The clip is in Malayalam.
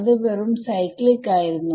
അത് വെറും സൈക്ലിക് ആയിരുന്നു